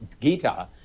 Gita